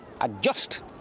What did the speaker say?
adjust